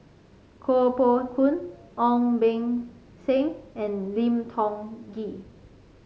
Koh Poh Koon Ong Beng Seng and Lim Tiong Ghee